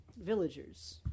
villagers